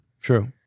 True